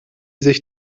sich